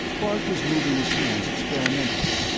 bart was moving his hands experimentally.